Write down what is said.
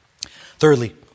Thirdly